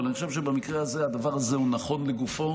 אבל אני חושב שבמקרה הזה הדבר הזה הוא נכון לגופו,